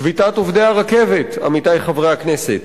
שביתת עובדי הרכבת, עמיתי חברי הכנסת,